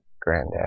granddad